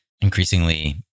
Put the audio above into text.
increasingly